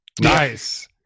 Nice